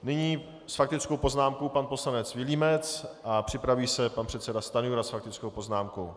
Nyní s faktickou poznámkou pan poslanec Vilímec a připraví se pan předseda Stanjura s faktickou poznámkou.